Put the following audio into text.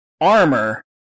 armor